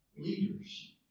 leaders